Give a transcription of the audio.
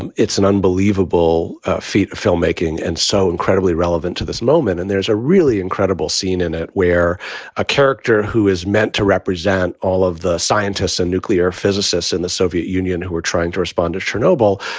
and it's an unbelievable feat, filmmaking and so incredibly relevant to this moment. and there's a really incredible scene in it where a character who is meant to represent all of the scientists and nuclear physicists in the soviet union who are trying to respond to chernobyl,